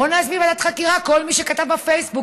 בוא נזמין ועדת חקירה: כל מי שכתב בפייסבוק